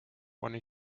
one